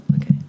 okay